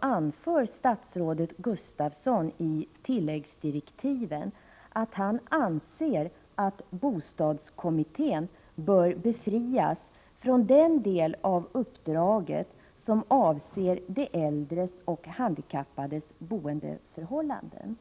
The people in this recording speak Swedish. anges att statsrådet Gustafsson i tilläggsdirektiven har anfört att han anser att bostadskommittén bör befrias från den del av uppdraget som avser de äldres och handikappades boendeförhållanden.